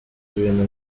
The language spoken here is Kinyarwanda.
ibintu